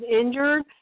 injured